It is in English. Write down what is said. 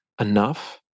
enough